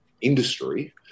industry